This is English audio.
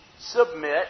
submit